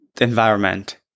environment